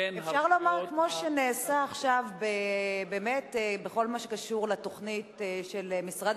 אפשר לומר שכמו שנעשה עכשיו בכל מה שקשור לתוכנית של משרד